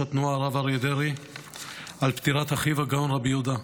התנועה הרב אריה דרעי על פטירת אחיו הגאון רבי יהודה.